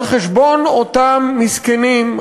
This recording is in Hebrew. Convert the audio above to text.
על חשבון אותם מסכנים,